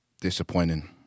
Disappointing